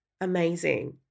Amazing